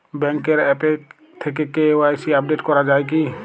ব্যাঙ্কের আ্যপ থেকে KYC update করা যায় কি?